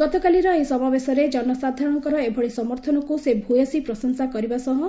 ଗତକାଲିର ଏହି ସମାବେଶରେ ଜନସାଧାରଣଙ୍କର ଏଭଳି ସମର୍ଥନକୁ ସେ ଭୟସୀ ପ୍ରଶଂସା କରିବା ସହ